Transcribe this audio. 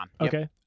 okay